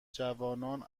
جوانان